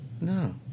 no